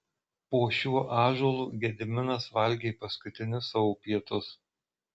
po šiuo ąžuolu gediminas valgė paskutinius savo pietus